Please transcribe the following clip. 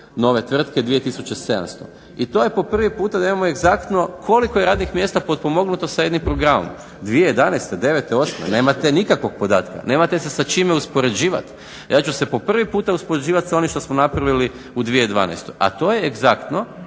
nove tvrtke, 2700. I to je po prvi puta da imamo egzaktno koliko je radnih mjesta potpomognuto sa jednim programom. 2011., 2009., 2008. nemate nikakvog podatka, nemate se sa čime uspoređivati. Ja ću se po prvi puta uspoređivati sa onim što smo napravili u 2012. A to je egzaktno